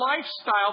lifestyle